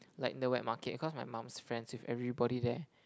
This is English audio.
like in the wet market because my mom's friends with everybody there